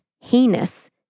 heinous